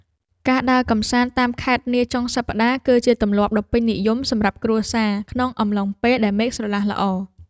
ការដើរកម្សាន្តតាមខេត្តនាចុងសប្តាហ៍ គឺជាទម្លាប់ដ៏ពេញនិយមសម្រាប់គ្រួសារក្នុងអំឡុងពេលដែលមេឃស្រឡះល្អ។